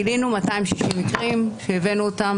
גילינו 260 מקרים שהבאנו אותם,